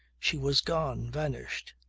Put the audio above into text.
she was gone vanished.